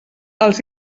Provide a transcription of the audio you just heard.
els